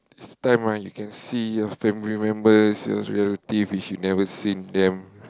it's time ah you can see your family members your relative which you never seen them